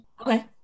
Okay